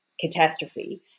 catastrophe